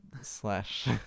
slash